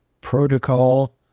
protocol